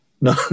No